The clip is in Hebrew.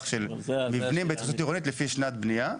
של מבנים בהתחדשות עירונית לפי שנת בנייה.